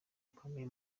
ikomeye